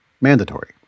mandatory